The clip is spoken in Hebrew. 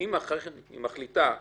אם אחרי כן היא מחליטה שכן,